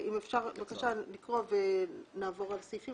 אם אפשר, בבקשה, לקרוא ונעבור על תקנות.